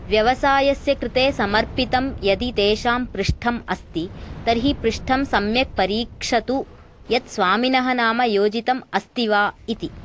व्यवसायस्य कृते समर्पितं यदि तेषां पृष्ठम् अस्ति तर्हि पृष्ठं सम्यक् परीक्षतु यत् स्वामिनः नाम योजितम् अस्ति वा इति